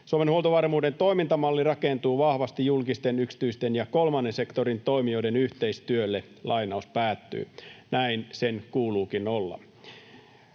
”Suomen huoltovarmuuden toimintamalli rakentuu vahvasti julkisten, yksityisten ja kolmannen sektorin toimijoiden yhteistyölle.” Näin sen kuuluukin olla.